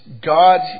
God